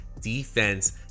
defense